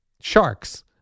Sharks